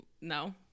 no